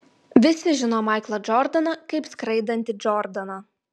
visi žino maiklą džordaną kaip skraidantį džordaną